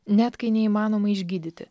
net kai neįmanoma išgydyti